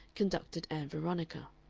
conducted ann veronica.